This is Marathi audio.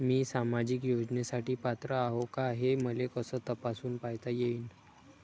मी सामाजिक योजनेसाठी पात्र आहो का, हे मले कस तपासून पायता येईन?